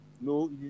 no